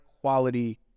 quality